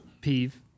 peeve